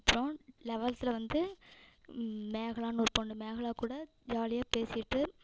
அப்றம் லெவல்த்தில் வந்து மேகலான்னு ஒரு பொண்ணு மேகலா கூட ஜாலியாக பேசிகிட்டு